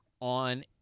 on